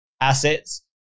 assets